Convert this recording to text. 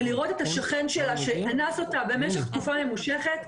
ולראות את השכן שלה שאנס אותה במשך תקופה ממושכת,